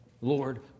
Lord